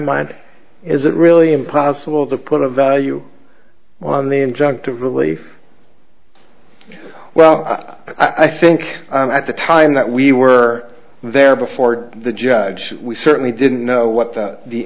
mind is it really impossible to put a value on the injunctive relief well i think at the time that we were there before the judge we certainly didn't know what the